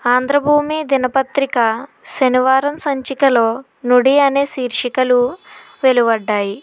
ఆంధ్రభూమి దినపత్రిక శనివారం సంచికలో నుడి అనే శీర్షికలు వెలువడ్డాయి